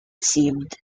seemed